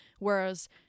Whereas